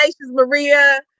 Maria